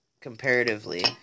comparatively